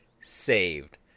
saved